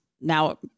now